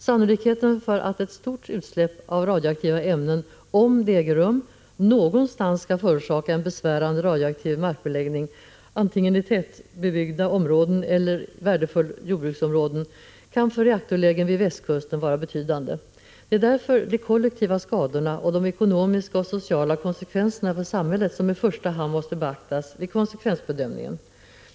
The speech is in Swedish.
Sannolikheten för att ett stort utsläpp av radioaktiva ämnen, om det äger rum, någonstans skall förorsaka en besvärande radioaktiv markbeläggning, antingen i tätbebyggda områden eller i värdefulla jordbruksområden, kan för reaktorlägena vid västkusten vara betydande. Det är därför de kollektiva skadorna och de sociala och ekonomiska konsekvenserna för samhället som i första hand måste beaktas vid konsekvensbedömningen.